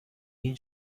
این